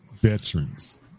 veterans